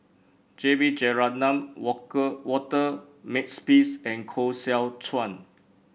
J B Jeyaretnam Walker Walter Makepeace and Koh Seow Chuan